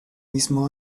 mismo